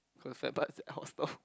concept but it's out of stock